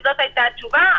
זו היתה התשובה.